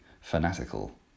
fanatical